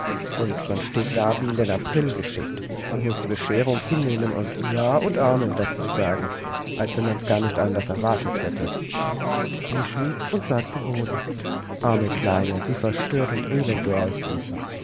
und man steht da wie in den april geschickt und muß die bescherung hinnehmen und ja und amen dazu sagen als wenn man's gar nicht anders erwartet hätte sie schwieg und sah zu boden arme kleine wie verstört und elend du aussiehst